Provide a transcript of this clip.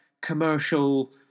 commercial